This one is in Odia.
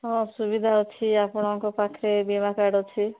ହଁ ସୁବିଧା ଅଛି ଆପଣଙ୍କ ପାଖରେ ବୀମା କାର୍ଡ଼୍ ଅଛି